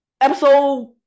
episode